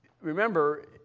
remember